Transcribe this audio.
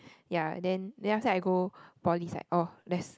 ya and then then after that I go Poly it's like oh that's